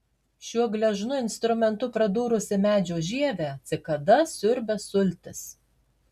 šiuo gležnu instrumentu pradūrusi medžio žievę cikada siurbia sultis